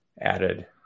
added